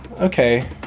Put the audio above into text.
Okay